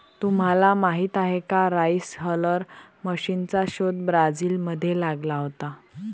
तुम्हाला माहीत आहे का राइस हलर मशीनचा शोध ब्राझील मध्ये लागला होता